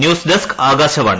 news desk Akashvani